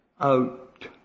out